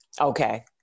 Okay